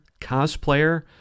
cosplayer